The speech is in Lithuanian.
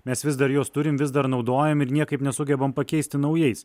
nes vis dar juos turim vis dar naudojam ir niekaip nesugebam pakeisti naujais